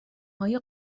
های